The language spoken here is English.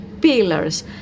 pillars